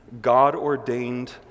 God-ordained